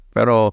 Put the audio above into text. Pero